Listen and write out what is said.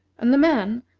and the man,